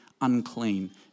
unclean